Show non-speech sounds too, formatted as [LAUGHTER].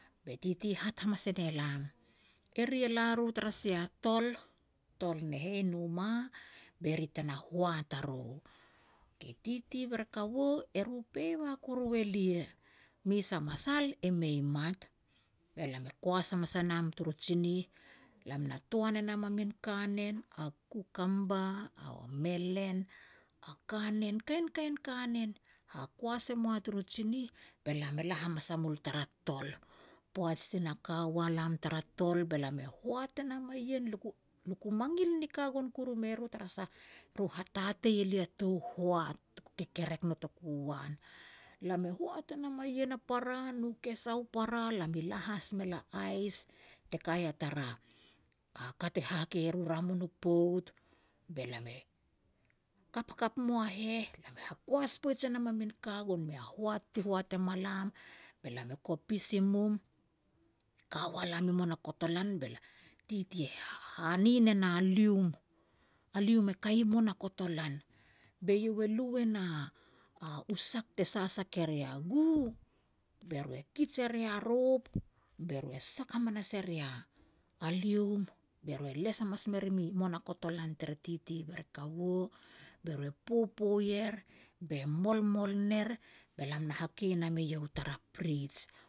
Be titi e hat hamas e ne lam, "Eri e la ru tara sia tol, tol ne heh i Numa, be ri tena hoat a ro." Okay, titi bere kaua e ru favour kuru elia, mes a masal e mei mat. Be lam e kuas hamas a nam turu tsinih, lam na toan e nam a min kanen, a kukumba a melen, a kanen, kainkain kanen, hakuas e mua turu tsinih, be lam e la hamas a mul tara tol. Poaj ti na ka ua lam tara tol be lam e hoat e nam a ien, luku-luku mangil ni ka gon kuru mei e ru tasah e ru hatatei e lia tou hoat tuku kekerek notoku u an. Lam e hoat e nam a ien a para, nu kesa u para, lam i la has mel a ais te ka ia tara a ka te ha kei e ru ramun u pout, be lam e kat hakap mua heh, be lam hakuas poij e nam a min ka gon mei a hoat ti hoat em ma lam, be lam e kopis i mum. Ti ka ua lam i monakotolan, [HESITATION] titi e hane ne na lium, a lium e kai i monakotolan, be iau e lu e na a-a u sak te sasak e ria gu, be ru e kij e ria rop, be ru e sak hamanas e ria a lium, be ru e les hamans me rim i monakotolan tere titi be kaua, be ru e popo er, be molmol ner, be lam na hakei nam eiau tara prij.